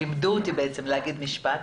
לימדו אותי להגיד משפט.